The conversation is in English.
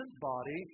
body